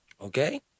Okay